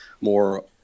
more